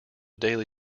daily